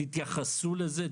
תתייחסו לזה,